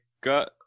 got